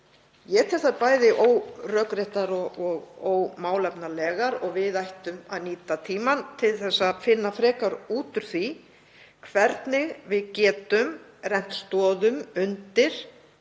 Ég tel þetta bæði órökrétt og ómálefnalegt og við ættum að nýta tímann til að finna frekar út úr því hvernig við getum rennt stoðum undir